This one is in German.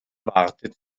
wartet